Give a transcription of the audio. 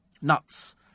Nuts